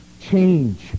change